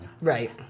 Right